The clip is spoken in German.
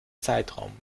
zeitraum